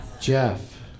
Jeff